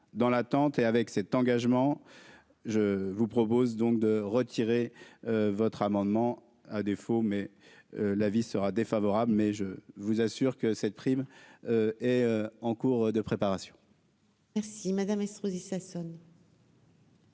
dans l'attente et avec cet engagement, je vous propose donc de retirer votre amendement, à défaut, mais l'avis sera défavorable, mais je vous assure que cette prime est en cours de préparation. Merci madame Estrosi Sassone.